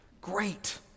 Great